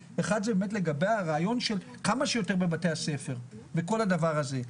- לגבי הרעיון של כמה שיותר בבתי הספר וכל הדבר הזה.